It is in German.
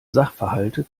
sachverhalte